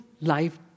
life